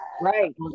Right